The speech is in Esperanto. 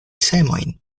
semojn